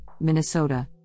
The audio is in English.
Minnesota